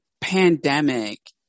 pandemic